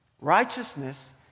Righteousness